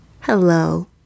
Hello